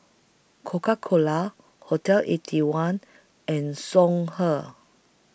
Coca Cola Hotel Eighty One and Songhe